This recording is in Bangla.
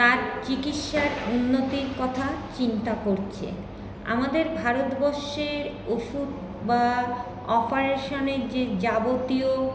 তার চিকিৎসার উন্নতির কথা চিন্তা করছে আমাদের ভারতবর্ষের ওষুধ বা অপারেশানের যে যাবতীয়